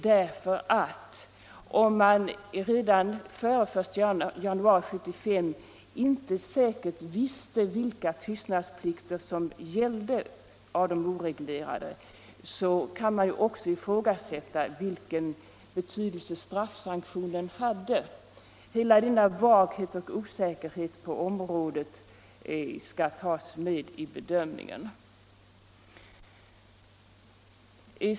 Om man redan före den 1 januari 1975 inte säkert visste vilka av de oreglerade tystnadsplikterna som gällde, kan man ju också ifrågasätta vilken betydelse straffsanktionen hade. Hela denna vaghet och osäkerhet på området skall tas med i bedömningen.